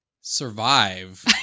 survive